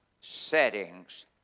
settings